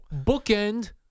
Bookend